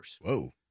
Whoa